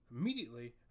Immediately